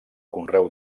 conreu